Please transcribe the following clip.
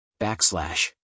Backslash